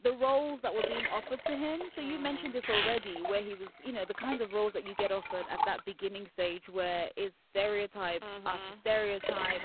the roles that were being offered to him so you mentioned this already where he was, you know, the kinds of roles that you get offered at that beginning stage where it's stereotype after stereotype.